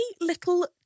little